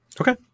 okay